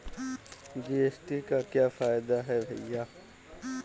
GST का क्या फायदा है भैया?